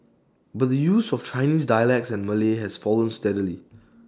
but the use of other Chinese dialects and Malay has fallen steadily